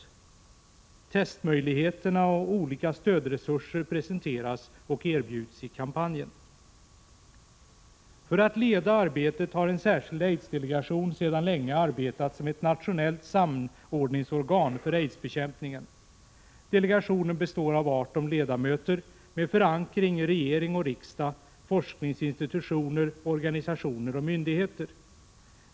Testmöjligheterna och olika stödresurser presenteras och erbjuds i kampanjen. För att leda arbetet har en särskild aidsdelegation sedan länge arbetat som ett nationellt samordningsorgan för aidsbekämpningen. Delegationen består av 18 ledamöter med förankring i regering och riksdag, forskningsinstitutioner, organisationer och myndigheter.